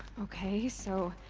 okay, so.